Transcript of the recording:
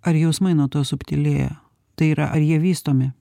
ar jausmai nuo to subtilėja tai yra ar jie vystomi